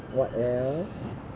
what else